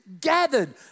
gathered